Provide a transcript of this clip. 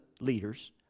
leaders